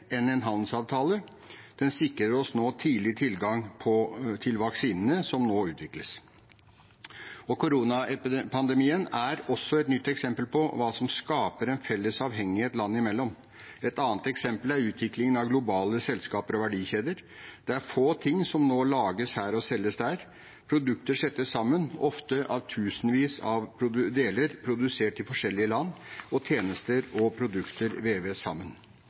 enn en handelsavtale – den sikrer oss nå tidlig tilgang til vaksinene som nå utvikles. Koronapandemien er også et nytt eksempel på hva som skaper en felles avhengighet land imellom. Et annet eksempel er utviklingen av globale selskaper og verdikjeder. Det er få ting som nå lages her og selges der. Produkter settes ofte sammen av tusenvis av deler produsert i forskjellige land, og tjenester og produkter veves sammen.